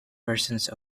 versions